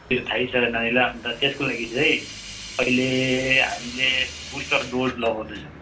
त्यो थाहा छ नानीलाई अन्त त्यसको लागि चाहिँ अहिले हामीले बुस्टर डोज लगाउँदै छौँ